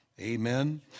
Amen